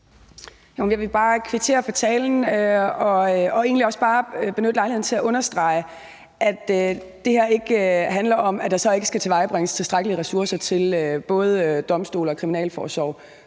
jeg vil egentlig også bare benytte lejligheden til at understrege, at det her ikke handler om, at der så ikke skal tilvejebringes tilstrækkelige ressourcer til både domstole og kriminalforsorg.